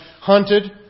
hunted